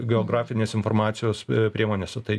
geografinės informacijos priemonėse tai